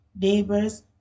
neighbors